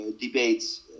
debates